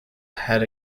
had